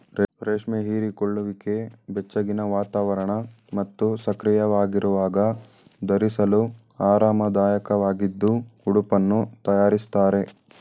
ರೇಷ್ಮೆ ಹೀರಿಕೊಳ್ಳುವಿಕೆ ಬೆಚ್ಚಗಿನ ವಾತಾವರಣ ಮತ್ತು ಸಕ್ರಿಯವಾಗಿರುವಾಗ ಧರಿಸಲು ಆರಾಮದಾಯಕವಾಗಿದ್ದು ಉಡುಪನ್ನು ತಯಾರಿಸ್ತಾರೆ